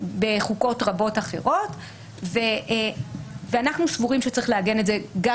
בחוקות רבות אחרות ואנחנו סבורים שצריך לעגן את זה גם